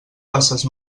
passes